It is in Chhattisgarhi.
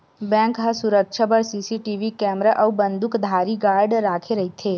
बेंक ह सुरक्छा बर सीसीटीवी केमरा अउ बंदूकधारी गार्ड राखे रहिथे